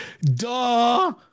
Duh